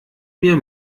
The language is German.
mir